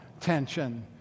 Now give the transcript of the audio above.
tension